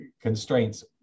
constraints